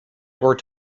were